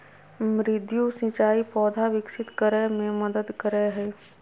मृदु सिंचाई पौधा विकसित करय मे मदद करय हइ